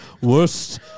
Worst